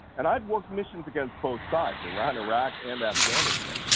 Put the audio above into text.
and i'd work missions against both sides, iran, iraq, and afghanistan.